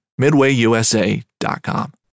MidwayUSA.com